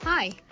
Hi